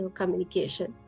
communication